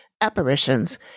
apparitions